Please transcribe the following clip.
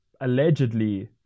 allegedly